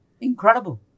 incredible